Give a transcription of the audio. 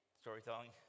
Storytelling